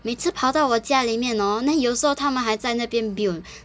每次跑到我家里面 hor then 有时候他们还在那边 build